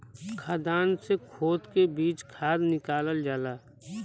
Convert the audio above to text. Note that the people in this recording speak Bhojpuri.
खदान से खोद के भी खाद निकालल जाला